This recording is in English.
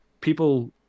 people